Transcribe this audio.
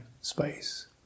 space